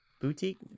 Boutique